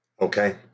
Okay